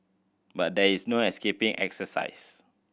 but there is no escaping exercise